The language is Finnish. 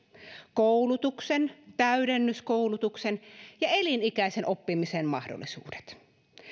koulutuksen täydennyskoulutuksen ja elinikäisen oppimisen mahdollisuudet